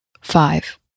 five